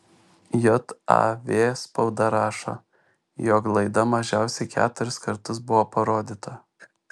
jav spauda rašo jog laida mažiausiai keturis kartus buvo parodyta